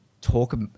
talk